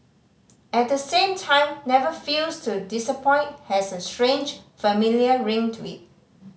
at the same time never fails to disappoint has a strange familiar ring to it